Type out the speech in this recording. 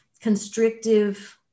constrictive